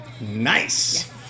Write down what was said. Nice